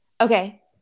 Okay